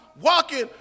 walking